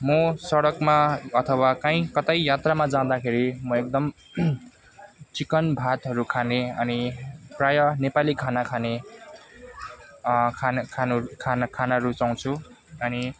म सडकमा अथवा काहीँ कतै यात्रामा जाँदाखेरि म एकदम चिकन भातहरू खाने अनि प्रायः नेपाली खाना खाने खानु खानु खान खान रुचाउँछु अनि